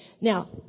now